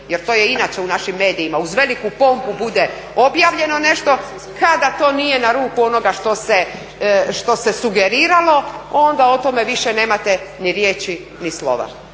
jer to je inače u našim medijima uz veliku pompu bude objavljeno nešto kada to nije na ruku onoga što se sugeriralo, onda o tome više nemate ni riječi, ni slova.